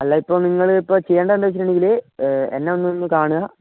അല്ല ഇപ്പോൾ നിങ്ങൾ ഇപ്പം ചെയ്യേണ്ടത് എന്താണെന്ന് വച്ചിട്ടുണ്ടെങ്കിൽ എന്നെ വന്നൊന്ന് കാണുക